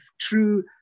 true